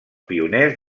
pioners